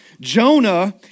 Jonah